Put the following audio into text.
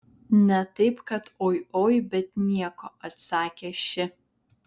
ne taip kad oi oi oi bet nieko atsakė ši